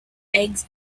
eggs